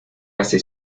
hace